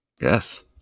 Yes